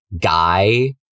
guy